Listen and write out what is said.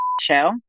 show